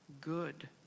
good